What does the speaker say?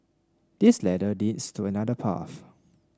this ladder leads to another path